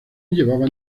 llevaba